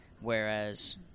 whereas